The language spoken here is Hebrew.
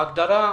בהגדרה,